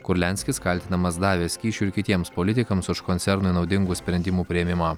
kurlianskis kaltinamas davęs kyšių ir kitiems politikams už koncernui naudingų sprendimų priėmimą